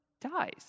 dies